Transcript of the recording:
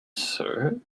sir